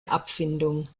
abfindung